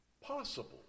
possible